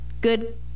Good